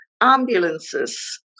ambulances